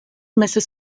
mrs